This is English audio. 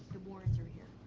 for thirty years,